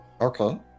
Okay